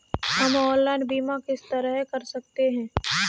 हम ऑनलाइन बीमा किस तरह कर सकते हैं?